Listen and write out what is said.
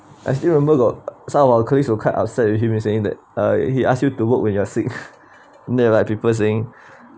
I still remember got some of our colleagues were quite upset with him saying that uh he ask you to work when you're sick there are like people saying